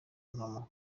impamo